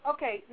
Okay